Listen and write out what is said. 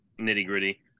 nitty-gritty